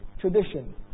tradition